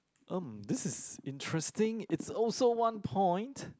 um this is interesting it's also one point